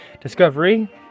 Discovery